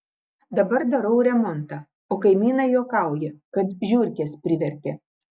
dabar darau remontą o kaimynai juokauja kad žiurkės privertė